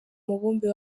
mubumbe